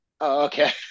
Okay